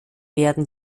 werden